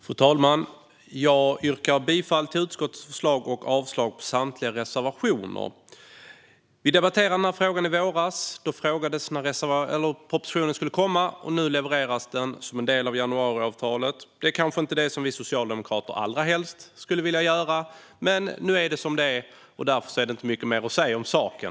Fru talman! Jag yrkar bifall till utskottets förslag och avslag på samtliga reservationer. Vi debatterade frågan i våras. Då frågade man när propositionen skulle komma. Nu levereras den som en del av januariavtalet. Det här är kanske inte det som vi socialdemokrater allra helst skulle vilja göra, men nu är det som det är. Därför är det inte mycket mer att säga om saken.